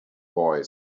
boy